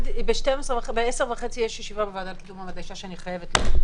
בעשר וחצי יש ישיבה בוועדה לקידום מעמד האישה שאני חייבת להיות בה,